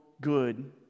good